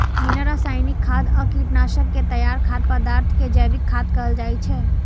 बिना रासायनिक खाद आ कीटनाशक के तैयार खाद्य पदार्थ कें जैविक खाद्य कहल जाइ छै